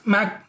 Mac